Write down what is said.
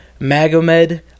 Magomed